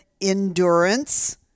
endurance